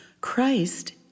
Christ